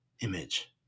image